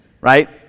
Right